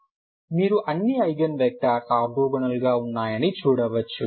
1ని తీసుకోండి మరియు మరొక 2అనునది 1 3 మొదలైన n కి సమానమని అనుకుందాం